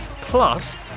plus